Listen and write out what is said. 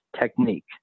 technique